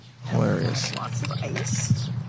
Hilarious